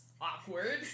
awkward